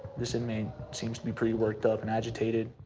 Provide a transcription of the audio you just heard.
this inmate seems to be pretty worked up and agitated.